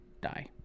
die